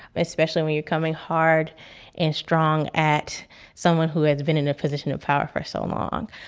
especially when you're coming hard and strong at someone who has been in a position of power for so long.